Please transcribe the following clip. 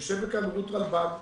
יושבת כאן רות רלבג,